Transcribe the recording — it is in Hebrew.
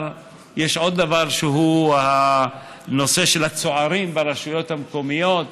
יש עוד דבר שהוא הנושא של הצוערים ברשויות המקומיות.